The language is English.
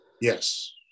Yes